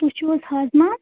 تُہۍ چھُو حظ حاظما